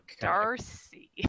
Darcy